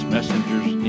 Messengers